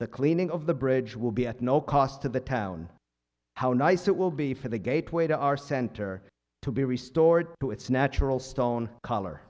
the cleaning of the bridge will be at no cost to the town how nice it will be for the gateway to our center to be restored to its natural stone color